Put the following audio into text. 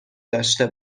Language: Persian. داشته